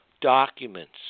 documents